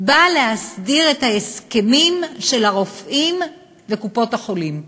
בא להסדיר את ההסכמים של הרופאים וקופות-החולים.